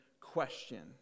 question